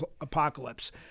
apocalypse